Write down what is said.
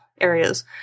areas